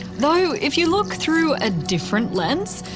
though if you look through a different lens,